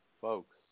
Folks